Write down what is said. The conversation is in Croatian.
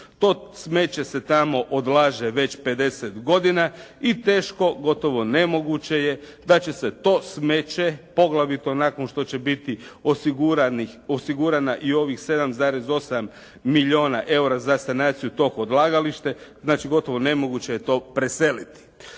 To smeće se tamo odlaže već 50 godina i teško, gotovo nemoguće je da će se to smeće, poglavito nakon što će biti osigurana i ovih 7,8 milijuna eura za sanaciju tog odlagališta. Znači, gotovo nemoguće je to preseliti.